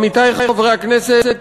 עמיתי חברי הכנסת,